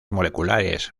moleculares